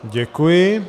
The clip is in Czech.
Děkuji.